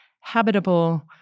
habitable